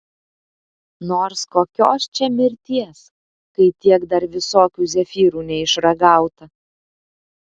nors kokios čia mirties kai tiek dar visokių zefyrų neišragauta